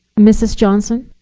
mrs. johnson.